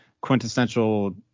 quintessential